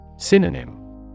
Synonym